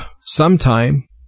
sometime